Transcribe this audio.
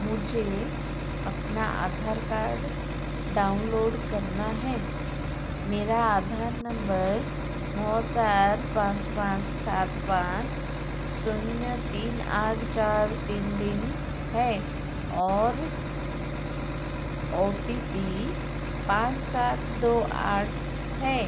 मुझे अपना Aadhaar card download करना है मेरा आधार नम्बर नौ चार पाँच पाँच सात पाँच शून्य तीन आठ चार तीन तीन है और ओ टी पी पाँच सात दो आठ है